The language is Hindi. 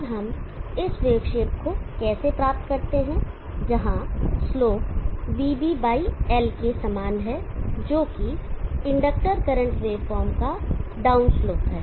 अब हम इस वेव शेप को कैसे प्राप्त करते हैं जहां स्लोप vBबाई L के समान है जोकि इंडक्टर करंट वेवफॉर्म का डाउनस्लोप है